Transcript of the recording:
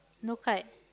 no kite